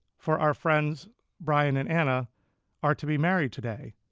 for our friends brian and anna are to be married today.